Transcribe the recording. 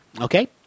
okay